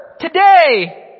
today